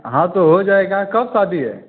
हाँ तो हो जाएगा कब शादी है